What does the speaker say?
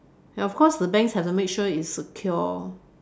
and of course the banks have to make sure it's secure